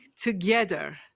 together